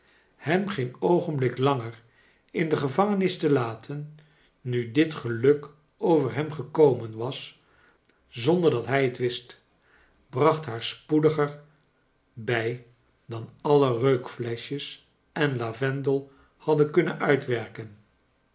hem geen oogenblik langer in de gevangenis te laten nu dit geluk over hem gekomen was zonder dat hij het wist bracht haar spoediger bij dan alle reukfleschjes en lavendel hadden kunnen uitwerken